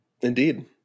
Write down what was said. Indeed